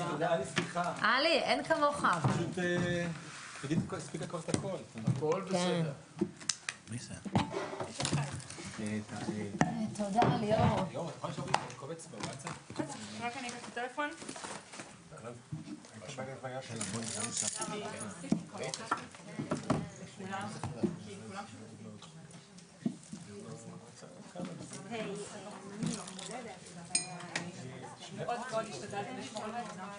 ננעלה בשעה 13:55.